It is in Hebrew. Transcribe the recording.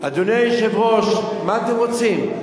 אדוני היושב-ראש, מה אתם רוצים?